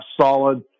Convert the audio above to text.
solid